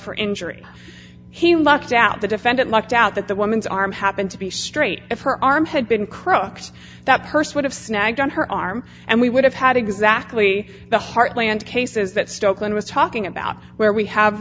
for injury he lucked out the defendant lucked out that the woman's arm happened to be straight at her arm had been croaks that person would have snagged on her arm and we would have had exactly the heartland cases that stoke and was talking about where we have